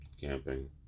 camping